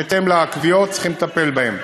בהתאם לקביעות צריכים לטפל בה.